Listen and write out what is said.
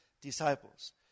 disciples